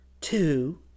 Two